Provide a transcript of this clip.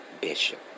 Bishop